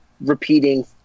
repeating